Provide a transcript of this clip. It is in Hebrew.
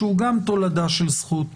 שהוא גם תולדה של זכות